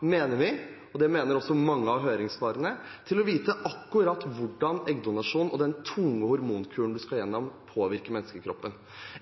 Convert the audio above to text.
mener vi – og det mener også mange i høringssvarene – til å vite akkurat hvordan eggdonasjon og den tunge hormonkuren man skal gjennom, påvirker menneskekroppen.